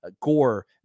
Gore